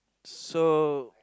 so